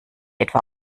etwa